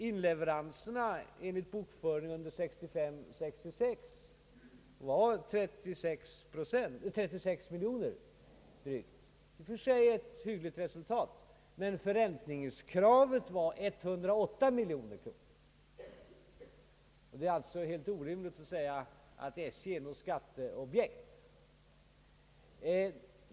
Inleveranserna under 1965—1966 var enligt bokföringen drygt 36 miljoner kronor, i och för sig ett hyggligt resultat. Förräntningskravet var dock 108 miljoner kronor, Det är alltså helt orimligt att göra gällande att SJ är något skatteobjekt.